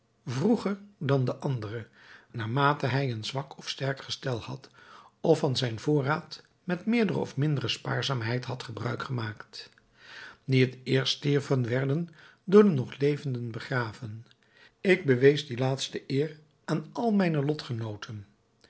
vroeger dan de andere naar mate hij een zwak of sterk gestel had of van zijn voorraad met meerdere of mindere spaarzaamheid had gebruik gemaakt die het eerst stierven werden door de nog levenden begraven ik bewees die laatste eer aan al mijne lotgenooten